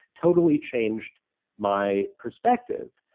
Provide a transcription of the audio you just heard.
totally changed my perspective.